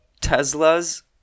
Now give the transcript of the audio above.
Tesla's